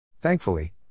Thankfully